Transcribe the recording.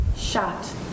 shot